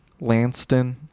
Lanston